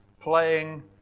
playing